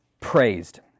praised